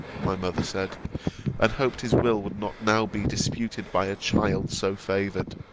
my mother said and hoped his will would not now be disputed by a child so favoured.